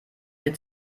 mit